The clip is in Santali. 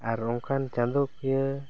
ᱟᱨ ᱚᱱᱠᱟᱱ ᱪᱟᱸᱫᱚ ᱠᱤᱭᱟᱹ